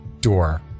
door